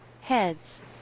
Heads